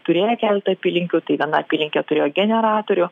turėję keleta apylinkių tai viena apylinkė turėjo generatorių